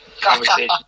conversation